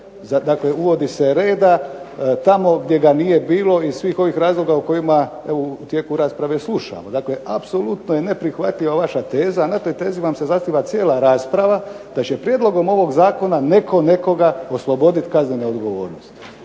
uvodi se reda tamo gdje ga nije bilo iz svih ovih razloga o kojima evo u tijeku rasprave slušamo. Dakle, apsolutno je neprihvatljiva vaša teza, a na toj tezi vam se zasniva cijela rasprava da će prijedlogom ovog zakona netko nekoga osloboditi kaznene odgovornosti.